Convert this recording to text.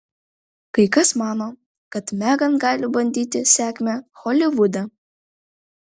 kai kas mano kad megan gali bandyti sėkmę holivude